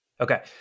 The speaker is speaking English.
Okay